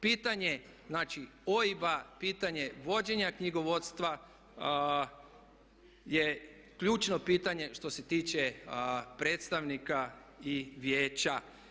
Pitanje znači OIB-a, pitanje vođenja knjigovodstva je ključno pitanje što se tiče predstavnika i vijeća.